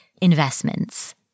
investments